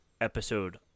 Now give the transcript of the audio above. episode